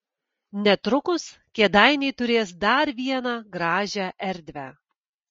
netrukus kėdainiai turės dar vieną gražią erdvę